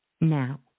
Now